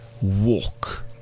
walk